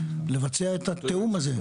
לבצע את התיאום הזה.